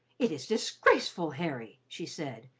it is disgraceful, harry! she said.